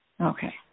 Okay